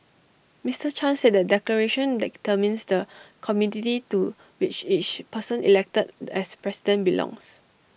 Mister chan said the declaration determines the community to which person elected as president belongs